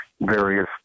various